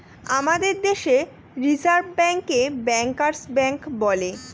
আমাদের দেশে রিসার্ভ ব্যাঙ্কে ব্যাঙ্কার্স ব্যাঙ্ক বলে